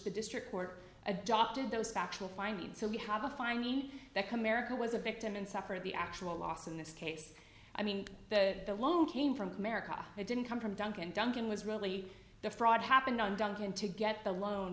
the district court adopted those factual findings so we have a finding that comerica was a victim and suffered the actual loss in this case i mean the loan came from america it didn't come from duncan duncan was really the fraud happened on duncan to get the loan